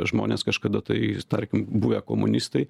žmonės kažkada tai tarkim buvę komunistai